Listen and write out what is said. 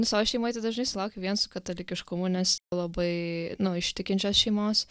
savo šeimoj tai dažnai sulaukiu vien su katalikiškumu nes labai nu iš tikinčios šeimos